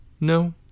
No